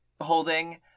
holding